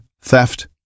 theft